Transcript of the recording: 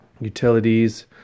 utilities